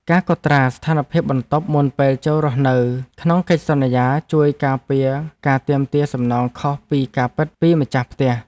ការកត់ត្រាស្ថានភាពបន្ទប់មុនពេលចូលរស់នៅក្នុងកិច្ចសន្យាជួយការពារការទាមទារសំណងខុសពីការពិតពីម្ចាស់ផ្ទះ។